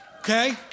Okay